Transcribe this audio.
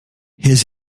his